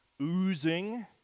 oozing